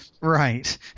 Right